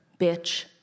bitch